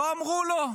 לא אמרו לו.